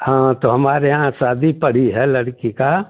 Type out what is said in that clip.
हाँ तो हमारे यहाँ शादी पड़ी है लड़की का